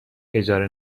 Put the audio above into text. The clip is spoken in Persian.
اجاره